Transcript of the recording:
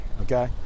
okay